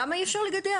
למה אי אפשר לגדר?